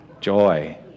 joy